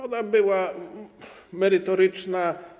Ona była merytoryczna.